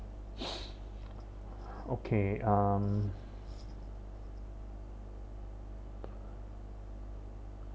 okay um